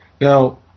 Now